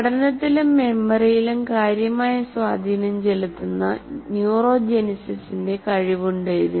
പഠനത്തിലും മെമ്മറിയിലും കാര്യമായ സ്വാധീനം ചെലുത്തുന്ന ന്യൂറോജെനിസിസിന്റെ കഴിവുണ്ട് ഇതിന്